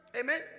Amen